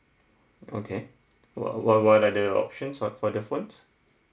okay what what are the options for for the phones